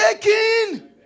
taking